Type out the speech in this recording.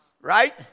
Right